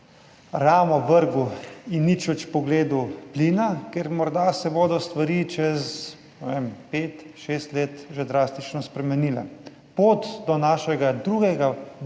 ramo vrgel in nič več pogledal plina, ker morda se bodo stvari čez, ne vem, pet, šest let že drastično spremenile, pot do našega drugega bloka